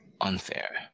Unfair